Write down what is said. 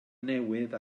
newydd